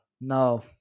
No